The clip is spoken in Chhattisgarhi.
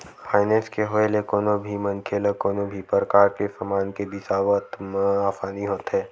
फायनेंस के होय ले कोनो भी मनखे ल कोनो भी परकार के समान के बिसावत म आसानी होथे